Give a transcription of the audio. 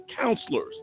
counselors